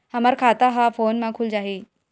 हमर खाता ह फोन मा खुल जाही?